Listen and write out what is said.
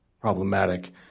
problematic